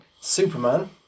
Superman